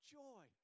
joy